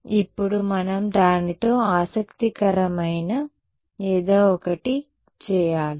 ఇప్పుడు మనం దానితో ఆసక్తికరమైన ఏదో ఒకటి చేయాలి